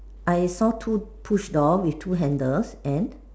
I saw two push door with two handles and